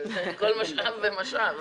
על כל משאב ומשאב.